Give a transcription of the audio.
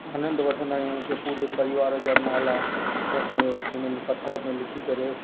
आनंदु वठंदा आ्यूंहि कि पूरे परिवार जा नाला असांजो हुन में पथर में लिखी करे